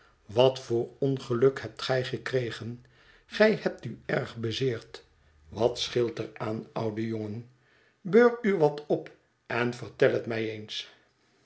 wat voor ongeluk hebt gij gekregen gij hebt u erg bezeerd wat scheelt er aan oude jongen beur u wat op en vertel het mij eens